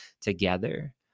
together